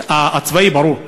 הצבאי, ברור.